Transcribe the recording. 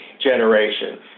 generation